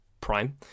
Prime